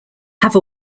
have